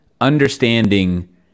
understanding